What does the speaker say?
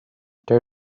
there